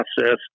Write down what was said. process